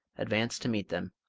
advanced to meet them.